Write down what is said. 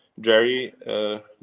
Jerry